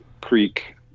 Creek